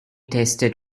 tested